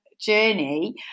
journey